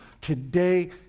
Today